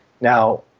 now